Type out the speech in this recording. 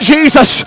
Jesus